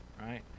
right